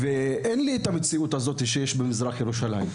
לי אין את מציאות החיים שקיימת במזרח ירושלים.